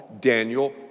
Daniel